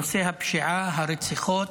נושא הפשיעה, הרציחות,